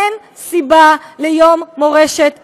אין סיבה ליום מורשת גנדי,